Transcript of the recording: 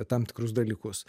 tam tikrus dalykus